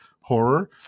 horror